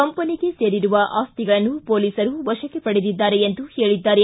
ಕಂಪನಿಗೆ ಸೇರಿರುವ ಆಸ್ತಿಗಳನ್ನು ಹೊಲೀಸರು ವಶಕ್ಕೆ ಪಡೆದಿದ್ದಾರೆ ಎಂದು ಹೇಳಿದ್ದಾರೆ